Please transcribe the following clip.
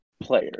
player